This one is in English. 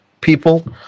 people